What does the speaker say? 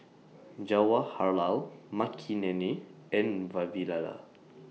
Jawaharlal Makineni and Vavilala